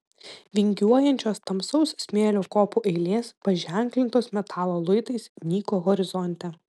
vingiuojančios tamsaus smėlio kopų eilės paženklintos metalo luitais nyko horizonte